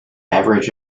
average